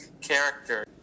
character